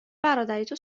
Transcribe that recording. برادریتو